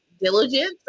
diligence